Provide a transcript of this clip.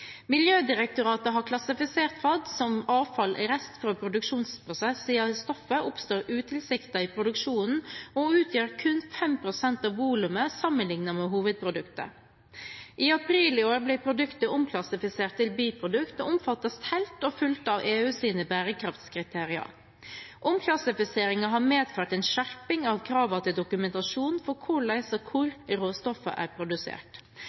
Miljødirektoratet har klassifisert PFAD som avfall/rest fra produksjonsprosess, siden stoffet oppstår utilsiktet i produksjonen og utgjør kun 5 pst. av volumet sammenlignet med hovedproduktet. I april i år ble produktet omklassifisert til biprodukt og omfattes helt og fullt av EUs bærekraftskriterier. Omklassifiseringen har medført en skjerping av kravene til dokumentasjon for hvordan og hvor råstoffet er produsert.